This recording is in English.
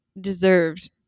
deserved